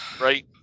right